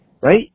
right